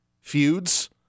feuds